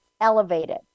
elevated